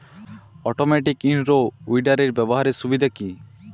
Automatic in row উইডারের ব্যবহারের সুবিধা কি?